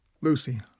Lucy